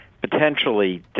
potentially